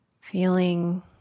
feeling